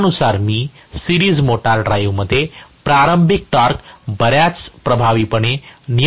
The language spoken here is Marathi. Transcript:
त्यानुसार मी सिरीज मोटार ड्राईव्हमध्ये प्रारंभिक टॉर्क बऱ्याच प्रभावीपणे नियंत्रित करू शकेन